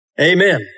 Amen